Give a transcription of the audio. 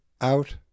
out